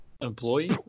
employee